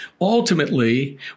Ultimately